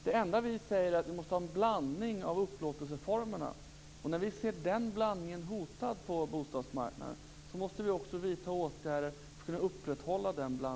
Det enda vi säger är att det måste vara en blandning av upplåtelseformerna. När vi ser denna blandning hotad på bostadsmarknaden måste vi också vidta åtgärder för att kunna upprätthålla den.